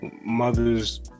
mothers